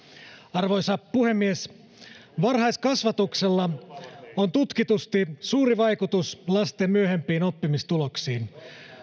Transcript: arvoisa puhemies varhaiskasvatuksella on tutkitusti suuri vaikutus lasten myöhempiin oppimistuloksiin